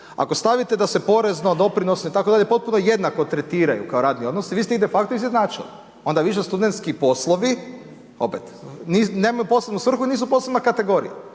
ako stavite da se porezno, doprinose itd., potpuno jednako tretiraju kao radni odnosi, vi ste ih de facto izjednačili. Onda više studentski poslovi, opet, nemaju posebnu svrhu i nisu posebna kategorija.